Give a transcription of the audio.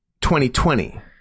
2020